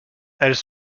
elles